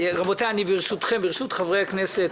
ברשות חברי הכנסת,